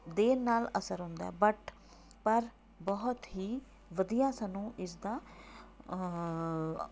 ਦੇਰ ਨਾਲ਼ ਅਸਰ ਹੁੰਦਾ ਹੈ ਬਟ ਪਰ ਬਹੁਤ ਹੀ ਵਧੀਆ ਸਾਨੂੰ ਇਸ ਦਾ